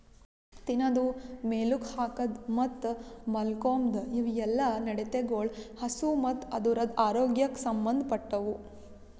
ತಿನದು, ಮೇಲುಕ್ ಹಾಕದ್ ಮತ್ತ್ ಮಾಲ್ಕೋಮ್ದ್ ಇವುಯೆಲ್ಲ ನಡತೆಗೊಳ್ ಹಸು ಮತ್ತ್ ಅದುರದ್ ಆರೋಗ್ಯಕ್ ಸಂಬಂದ್ ಪಟ್ಟವು